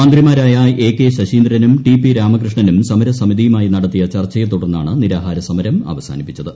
മന്ത്രിമാരായ A K ശശീന്ദ്രനും T P രാമകൃഷ്ണനും സമരസമതിയുമായി നടത്തിയ ചർച്ചയെ തുടർന്നാണ് നിരാഹാരസമരം അവസാനിപ്പിച്ചത്